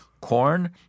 corn